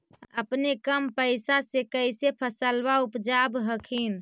अपने कम पैसा से कैसे फसलबा उपजाब हखिन?